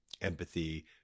empathy